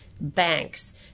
banks